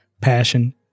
passion